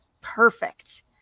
perfect